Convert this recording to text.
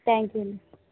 thank you అండి